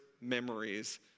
memories